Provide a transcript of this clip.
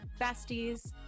besties